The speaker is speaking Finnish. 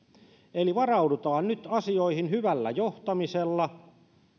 eli varaudutaan nyt asioihin hyvällä johtamisella